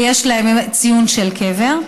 ויש להם ציון של קבר,